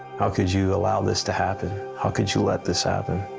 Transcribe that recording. how could you allow this to happen? how could you let this happen?